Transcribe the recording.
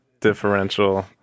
differential